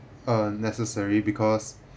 uh necessary because